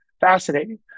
fascinating